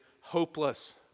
hopeless